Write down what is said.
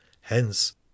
hence